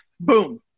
boom